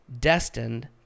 destined